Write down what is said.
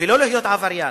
ולא להיות עבריין.